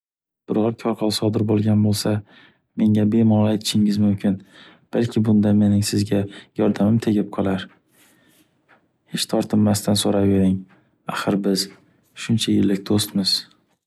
Biror korxol sodir bo’lgan bo’lsa menga bemalol aytishingiz mumkin. Balki bunda mening sizga yordamim tegib qolar. Hech tortinmasdan so’rayvering. Axir biz shuncha yillik do’stmiz.